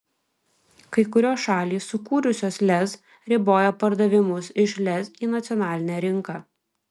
kai kurios šalys sukūrusios lez riboja pardavimus iš lez į nacionalinę rinką